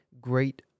great